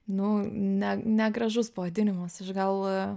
nu ne negražus pavadinimas aš gal